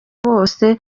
bose